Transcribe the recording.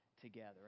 together